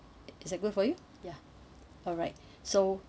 is is that good for you ya alright so